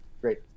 Great